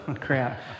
Crap